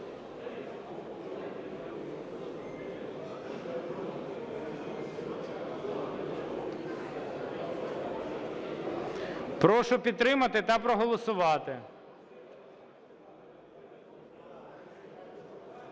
Прошу підтримати та проголосувати.